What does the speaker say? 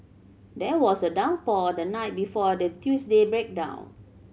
there was a downpour the night before the Tuesday breakdown